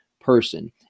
person